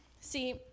See